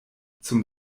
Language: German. zum